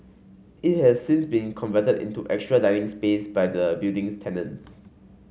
it has since been converted into extra dining space by the building's tenants